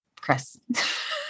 Chris